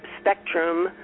spectrum